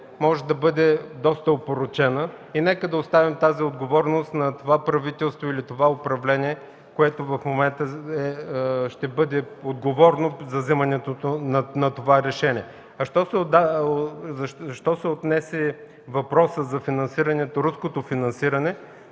може да бъде доста опорочена. Нека да оставим отговорността на това правителство, или това управление, което в момента ще бъде отговорно за вземането на решението. Що се отнася до въпроса за руското финансиране,